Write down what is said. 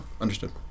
understood